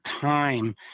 time